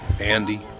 Andy